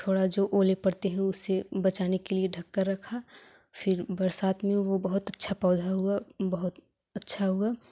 थोड़ा जो ओले पड़ते हैं उससे बचाने के लिए ढक कर रखा फिर बरसात में वो बहोत अच्छा पौधा हुआ बहुत अच्छा हुआ